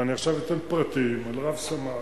אני עכשיו אתן פרטים על רב-סמל,